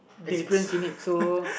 experience in it so